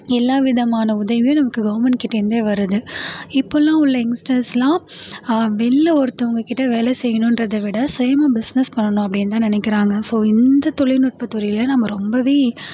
எல்லா விதமான உதவியும் நமக்கு கவுர்மெண்ட்கிட்டேருந்தே வருது இப்போலாம் உள்ள எங்ஸ்டர்ஸ்லாம் வெளியில ஒருத்தவங்கக்கிட்ட வேலை செய்யணுன்றதை விட சுயமாக பிஸ்னஸ் பண்ணனும் அப்படின்னுதான் நினக்குறாங்க ஸோ இந்த தொழில்நுட்பத்துறையில் நம்ம ரொம்பவே